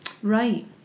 Right